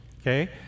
okay